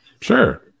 Sure